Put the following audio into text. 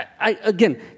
again